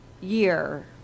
year